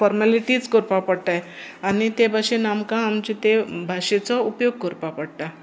फोर्मेलिटीच कररपा पडटाय आनी ते भाशेन आमकां आमचे ते भाशेचो उपयोग कोपा पडटा